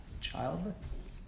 childless